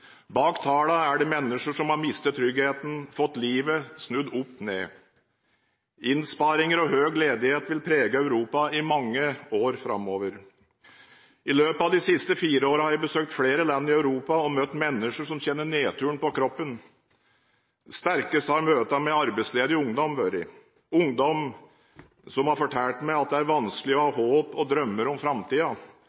Bak tallene er det mennesker som har mistet tryggheten og fått livet snudd opp ned. Innsparinger og høy ledighet vil prege Europa i mange år framover. I løpet av de siste fire årene har jeg besøkt flere land i Europa og møtt mennesker som kjenner nedturen på kroppen. Sterkest har møtene med arbeidsledig ungdom vært – ungdom som har fortalt meg at det er vanskelig å ha